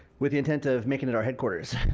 with the intent of making it our headquarters.